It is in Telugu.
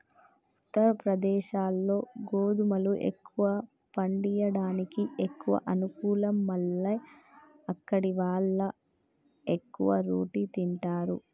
ఉత్తరప్రదేశ్లో గోధుమలు ఎక్కువ పండియడానికి ఎక్కువ అనుకూలం మల్ల అక్కడివాళ్లు ఎక్కువ రోటి తింటారు